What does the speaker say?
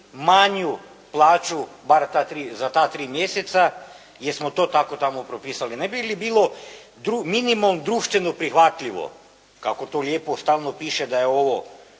manju plaću bar za ta 3 mjeseca jer smo to tako tamo propisali. Ne bi li bilo minimum društveno prihvatljivo kako to lijepo tamo piše, da je ovo